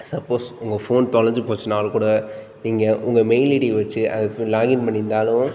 suppose உங்கள் phone தொலைஞ்சி போச்சுனால் கூட நீங்கள் உங்கள் மெயில் ஐடியை வெச்சு அதை இஃப் லாகின் பண்ணி இருந்தாலும்